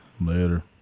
later